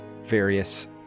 various